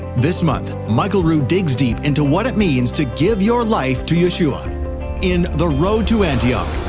this month, michael root digs deep into what it means to give your life to yeshua on in the road to antioch.